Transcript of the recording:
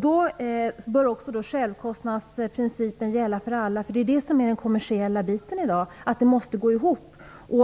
Då bör också självkostnadsprincipen gälla för alla. Det är det som är den kommersiella biten i dag, att det måste gå ihop.